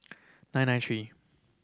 nine nine three